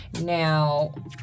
Now